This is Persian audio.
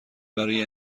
برای